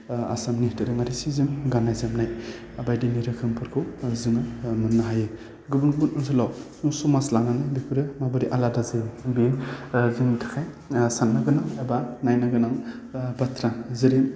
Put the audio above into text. आसामनि दोरोङारि सि जोम गान्नाय जोमनाय बायदि रोखोमफोरखौ जोङो मोननो हायो गुबुन गुबुन ओनसोलाव समाज लानानै बेफोरो माबोरै आलादा जायो बेयो जोंनि थाखाय साननो गोनां एबा नायनो गोनां बाथ्रा जेरै